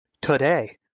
today